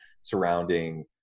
surrounding